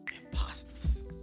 Imposters